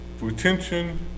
Retention